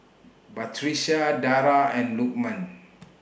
Batrisya Dara and Lukman